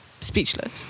Speechless